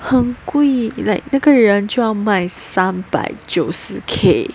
很贵 like 那个人就要卖三百九十 K